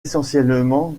essentiellement